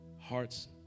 hearts